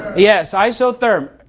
yes, isotherm.